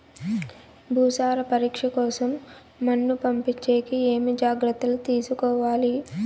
భూసార పరీక్ష కోసం మన్ను పంపించేకి ఏమి జాగ్రత్తలు తీసుకోవాలి?